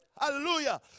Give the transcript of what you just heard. Hallelujah